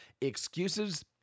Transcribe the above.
excuses